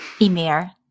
EMir